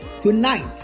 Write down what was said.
Tonight